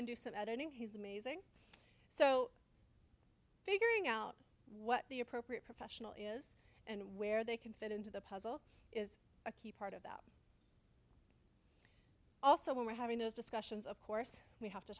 and do some editing he's amazing so figuring out what the appropriate professional is and where they can fit into the puzzle is a key part of that also when we're having those discussions of course we have to